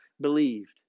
believed